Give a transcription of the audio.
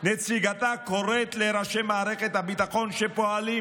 נציגתה קוראת לראשי מערכת הביטחון שפועלים